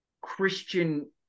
Christian